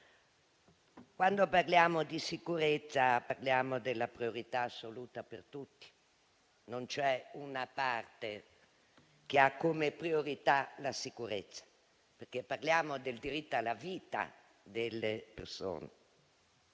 Quando parliamo di sicurezza, parliamo della priorità assoluta per tutti. Non c'è una parte che ha come priorità la sicurezza, perché parliamo del diritto alla vita delle persone.